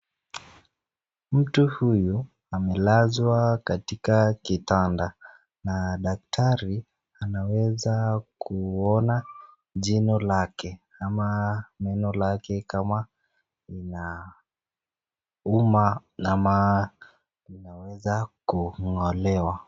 Mtu huyu amelazwa katika kitanda na daktari anaweza kuona jino lake ama meno lake kama linauma ama linaweza kung'olewa.